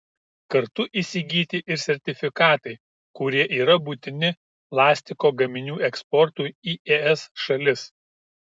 kartu įsigyti ir sertifikatai kurie yra būtini plastiko gaminių eksportui į es šalis